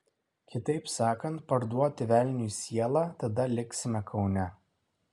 kitaip sakant parduoti velniui sielą tada liksime kaune